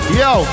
yo